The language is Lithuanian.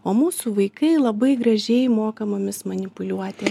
o mūsų vaikai labai gražiai moka mumis manipuliuoti